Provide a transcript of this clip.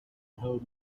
help